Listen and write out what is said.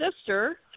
sister